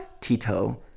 Tito